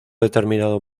determinado